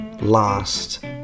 Last